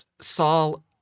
Saul